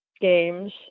games